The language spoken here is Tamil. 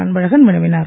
அன்பழகன் வினவினார்